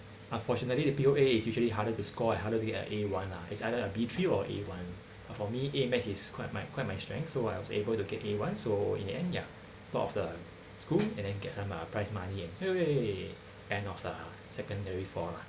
unfortunately the P_O_A is usually harder to score and harder to get an A one lah it's either a B three or A one uh for me A maths is quite my quite my strength so I was able to get A one so in the end ya top of the school and then get some uh prize money and hooray end of uh secondary four lah